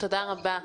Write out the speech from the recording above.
תודה רבה.